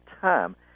time